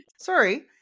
Sorry